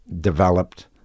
developed